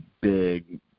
big